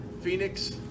Phoenix